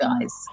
guys